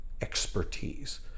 expertise